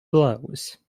blows